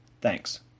Thanks